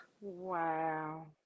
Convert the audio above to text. Wow